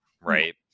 right